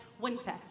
winter